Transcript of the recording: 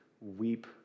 weep